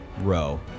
row